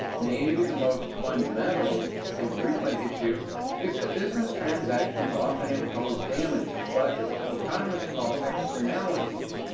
maybe the most fundamental and frequent issue is that business transactions often impose damages, what economists call externalities,